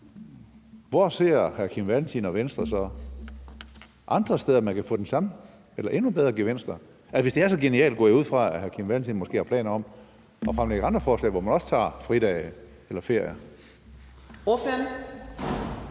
Hvor ser hr. Kim Valentin og Venstre så ellers, at man kan få den samme gevinst eller endnu bedre gevinster? Hvis det er så genialt, går jeg ud fra, at hr. Kim Valentin har planer om at fremsætte andre forslag, hvor man også tager fridage eller ferier.